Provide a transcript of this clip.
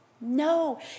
No